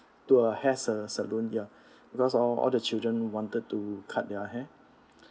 to a hair sa~ salon ya because all the children wanted to cut their hair